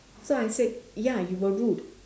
so I said ya you were rude